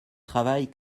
travail